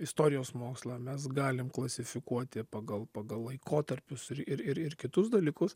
istorijos mokslą mes galim klasifikuoti pagal pagal laikotarpius ir ir ir kitus dalykus